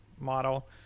model